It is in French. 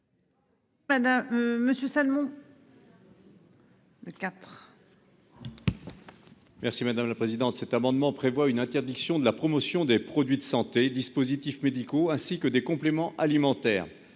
Madame monsieur Salmon. Dans le lit. Le quatre. Merci madame la présidente. Cet amendement prévoit une interdiction de la promotion des produits de santé, dispositifs médicaux, ainsi que des compléments alimentaires,